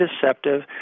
deceptive